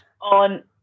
On